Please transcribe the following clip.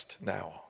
now